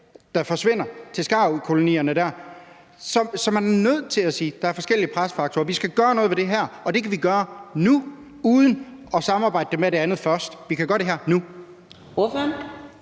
forsvinder til skarvkolonierne der. Så man er nødt til at sige, at der er forskellige presfaktorer. Vi skal gøre noget ved det her, og det kan vi gøre nu uden at gøre det i sammenhæng med det andet først. Vi kan gøre det her nu.